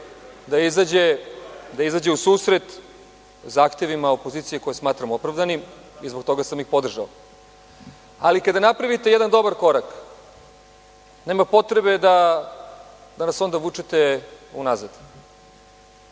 da izađe u susret zahtevima opozicije, koje smatram opravdanim i zbog toga sam ih podržao. Ali, kada napravite jedan dobar korak, nema potrebe da nas onda vučete unazad.